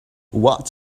what